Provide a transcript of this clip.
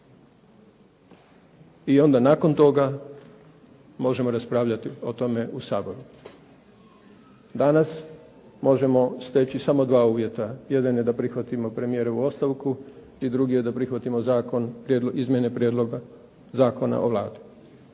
I onda nakon toga možemo raspravljati o tome u Saboru. Danas možemo steći samo dva uvjeta. Jedan je da prihvatimo premijerovu ostavku i drugi je da prihvatimo izmjene prijedloga Zakona o Vladi,